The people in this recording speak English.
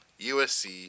USC